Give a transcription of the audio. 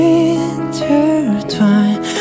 intertwine